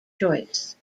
choice